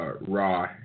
Raw